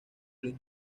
luis